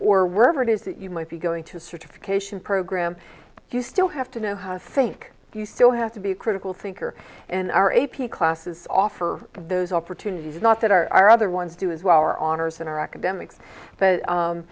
or wherever it is that you might be going to certification program you still have to know how i think you still have to be a critical thinker and our a p classes offer those opportunities not that our our other ones do as well our honors and our academics but